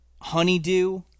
honeydew